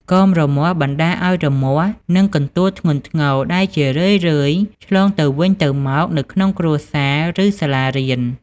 កមរមាស់បណ្តាលឱ្យរមាស់ និងកន្ទួលធ្ងន់ធ្ងរ ដែលជារឿយៗឆ្លងទៅវិញទៅមកនៅក្នុងគ្រួសារ ឬសាលារៀន។